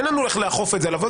אין לנו איך לאכוף את זה עליו.